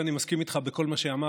ואני מסכים איתך בכל מה שאמרת,